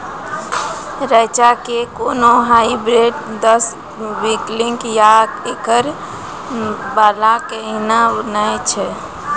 रेचा के कोनो हाइब्रिड दस क्विंटल या एकरऽ वाला कहिने नैय छै?